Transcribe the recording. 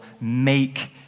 make